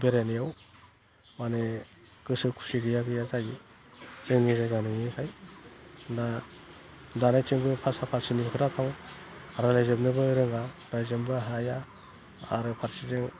बेरायनायाव माने गोसो खुसि गैया गैया जायो जोंनि जायगा नङिखाय दा जानायथिंबो फासस' फासस' बिग्राफ्राव रायज्लायजोबनोबो रोङा बायजोबनोबो हाया आरो फारसेथिं